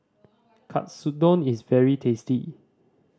katsudon is very tasty